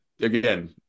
again